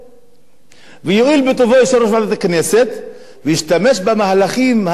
ויואיל בטובו יושב-ראש ועדת הכנסת להשתמש במהלכים הכבירים שלו,